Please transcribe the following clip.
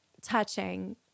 touching